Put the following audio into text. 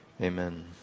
amen